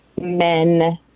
men